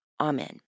Amen